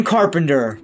Carpenter